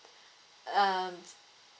um